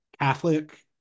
catholic